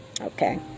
Okay